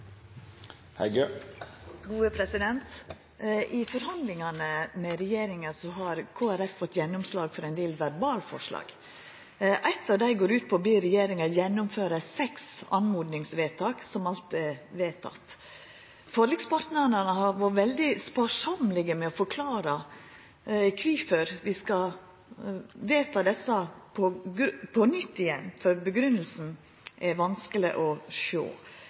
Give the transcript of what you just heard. I forhandlingane med regjeringa har Kristeleg Folkeparti fått gjennomslag for ein del verbalforslag. Eitt av dei går ut på å be regjeringa gjennomføra seks oppmodingsvedtak som alt er vedtekne. Forlikspartnarane har vore veldig sparsommelege med å forklara kvifor vi skal vedta desse på nytt igjen, for grunngjevinga er vanskeleg å sjå.